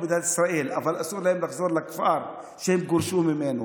מדינת ישראל אבל אסור להם לחזור לכפר שהם גורשו ממנו.